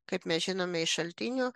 kaip mes žinome iš šaltinių